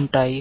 ఉంటాయి